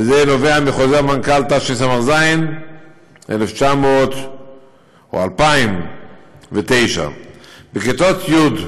וזה נובע מחוזר מנכ"ל תשס"ז 2009. בכיתות י',